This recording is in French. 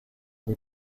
des